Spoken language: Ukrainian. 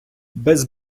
без